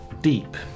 Deep